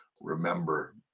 remember